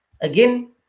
Again